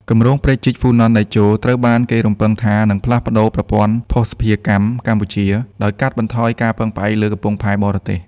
គម្រោងព្រែកជីកហ្វូណនតេជោ ត្រូវបានគេរំពឹងថានឹងផ្លាស់ប្តូរប្រព័ន្ធភស្តុភារកម្មកម្ពុជា ដោយកាត់បន្ថយការពឹងផ្អែកលើកំពង់ផែបរទេស។